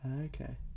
Okay